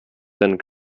denn